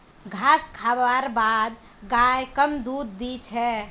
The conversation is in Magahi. घास खा बार बाद गाय कम दूध दी छे